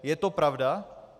Je to pravda?